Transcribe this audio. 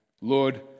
Lord